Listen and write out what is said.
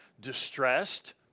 distressed